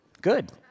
Good